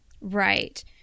Right